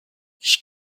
ich